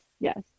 Yes